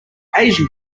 asian